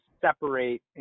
separate